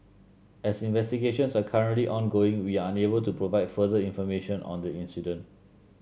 as investigations are currently ongoing we are unable to provide further information on the incident